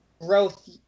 growth